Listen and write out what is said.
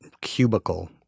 cubicle